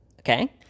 Okay